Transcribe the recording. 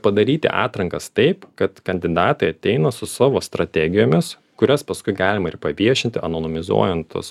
padaryti atrankas taip kad kandidatai ateina su savo strategijomis kurias paskui galima ir paviešinti anonimizuojant tuos